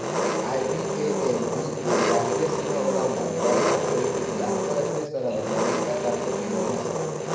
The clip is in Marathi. आय.बी.ए.एन ही एक राष्ट्रीय सीमा ओलांडान बँक खाती ओळखुची आंतराष्ट्रीय स्तरावर मान्यता प्राप्त प्रणाली असा